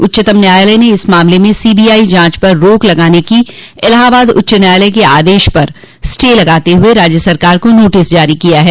उच्चतम न्यायालय ने इस मामले में सीबीआई जांच पर रोक लगाने की इलाहाबाद उच्च न्यायालय के आदेश पर स्टे लगाते हुए राज्य सरकार को नोटिस जारी किया है